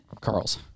Carl's